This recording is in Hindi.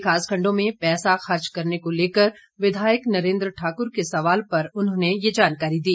विकास खंडों में पैसा खर्च करने को लेकर विधायक नरेंद्र ठाकर के सवाल पर उन्होंने ये जानकारी दी